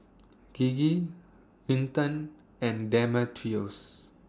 Gigi Winton and Demetrios